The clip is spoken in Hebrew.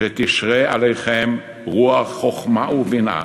שתשרה עליכם רוח חוכמה ובינה,